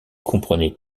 comprenait